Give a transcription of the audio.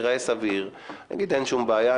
זה ייראה סביר ואני אגיד: "אין שום בעיה,